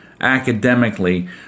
academically